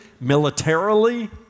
militarily